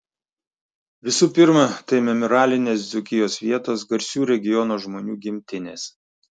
visų pirma tai memorialinės dzūkijos vietos garsių regiono žmonių gimtinės